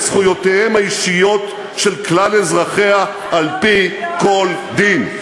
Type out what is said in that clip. את זכויותיהם האישיות של כלל אזרחיה על-פי כל דין.